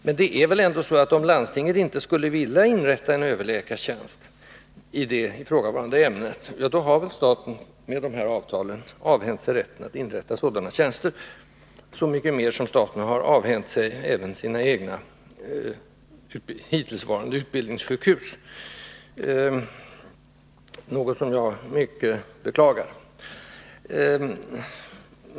Men det är väl ändå så att om vederbörande landsting inte skulle vilja inrätta en överläkartjänst i det ifrågavarande ämnet, så har staten med de här avtalen avhänt sig rätten att inrätta sådana tjänster, när nu staten har övergivit sina egna hittillsvarande undervisningssjukhus, vilket är något som jag mycket beklagar.